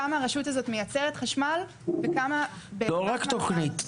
כמה הרשות הזאת מייצרת חשמל וכמה --- לא רק תוכנית,